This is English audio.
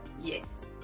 Yes